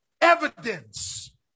Evidence